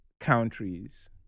countries